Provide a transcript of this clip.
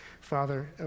father